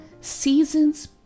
season's